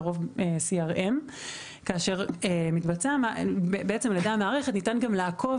לרוב CRM. על ידי המערכת ניתן גם לעקוב